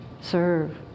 serve